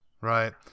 Right